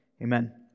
Amen